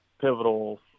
pivotal